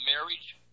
marriage